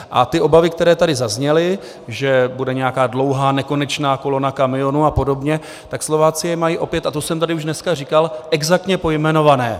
A ty obavy, které tady zazněly, že bude nějaká dlouhá, nekonečná kolona kamionů a podobně, tak Slováci je mají opět a to jsem tady už dneska říkal exaktně pojmenované.